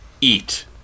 Eat